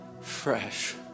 fresh